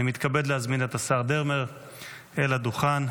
אני מתכבד להזמין את השר דרמר אל הדוכן,